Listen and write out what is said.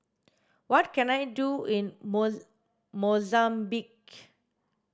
what can I do in Mozambique